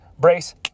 brace